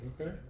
Okay